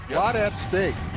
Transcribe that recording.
yeah lot at stake.